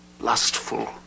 lustful